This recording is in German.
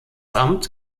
amt